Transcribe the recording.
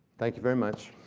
thank you very much.